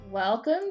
Welcome